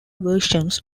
versions